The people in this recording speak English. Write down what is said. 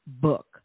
book